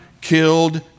killed